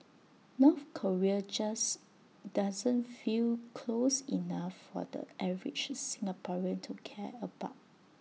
North Korea just doesn't feel close enough for the average Singaporean to care about